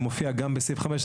היא מופיעה גם בסעיף 5,